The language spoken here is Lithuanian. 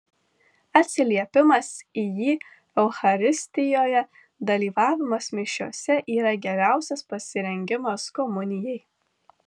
atsiliepimas į jį eucharistijoje dalyvavimas mišiose yra geriausias pasirengimas komunijai